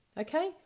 Okay